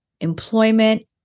employment